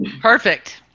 Perfect